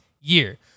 year